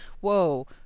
whoa